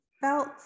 felt